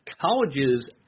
Colleges